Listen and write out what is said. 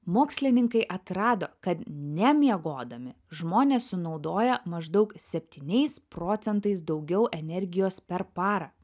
mokslininkai atrado kad nemiegodami žmonės sunaudoja maždaug septyniais procentais daugiau energijos per parą